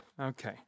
okay